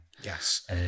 Yes